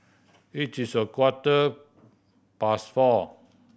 it is a quarter past four